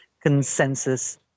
consensus